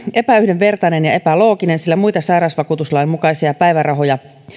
epäyhdenvertainen ja epälooginen sillä muita sairausvakuutuslain mukaisia päivärahoja